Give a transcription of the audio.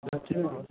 যাচ্ছে তাই অবস্থা